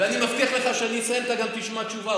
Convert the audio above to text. ואני מבטיח לך שכשאני אסיים אתה גם תשמע תשובה,